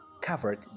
covered